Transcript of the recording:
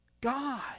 God